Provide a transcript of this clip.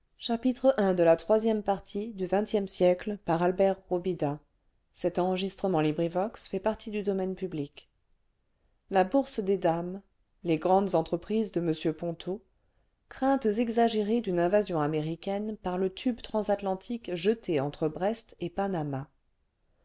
la bourse des dames les grandes entreprises de m ponto craintes exagérées d'une invasion américaine par le tube transatlantique jeté entre brest et panama